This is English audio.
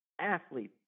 athlete